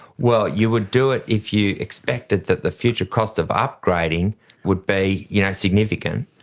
well, you would do it if you expected that the future cost of upgrading would be you know significant.